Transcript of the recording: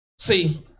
See